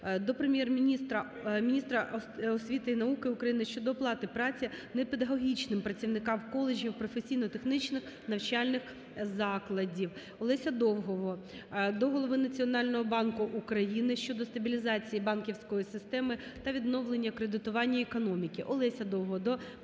України, міністра освіти і науки України щодо оплати праці непедагогічним працівникам коледжів, професійно-технічних навчальних закладів. Олеся Довгого до голови Національного банку України щодо стабілізації банківської системи та відновлення кредитування економіки. Олеся Довгого до Першого